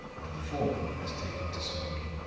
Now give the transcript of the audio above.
and the former has taken to smoking.